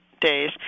days